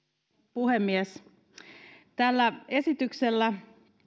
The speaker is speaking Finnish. puhemies esityksellä